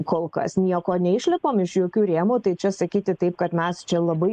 kol kas nieko neišlipam iš jokių rėmų tai čia sakyti taip kad mes čia labai